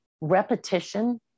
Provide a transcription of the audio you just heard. repetition